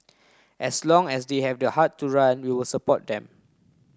as long as they have the heart to run we will support them